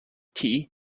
tea